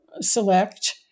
select